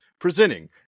presenting